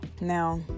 now